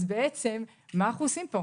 אז בעצם מה אנחנו עושים פה?